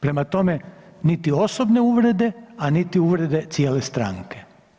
Prema tome, niti osobne uvrede, a niti uvrede cijele stranke.